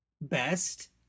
Best